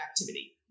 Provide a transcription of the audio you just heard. activity